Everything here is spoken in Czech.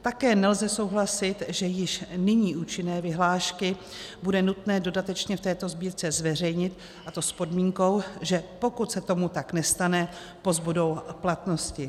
Také nelze souhlasit, že již nyní účinné vyhlášky bude nutné dodatečně v této sbírce zveřejnit, a to s podmínkou, že pokud se tomu tak nestane, pozbudou platnosti.